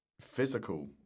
Physical